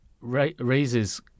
raises